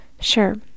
Sure